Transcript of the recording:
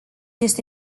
este